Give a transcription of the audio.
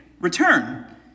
return